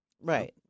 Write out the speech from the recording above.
Right